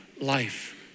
life